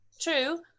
True